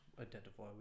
identify